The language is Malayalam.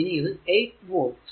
ഇനി ഇത് 8 വോൾട്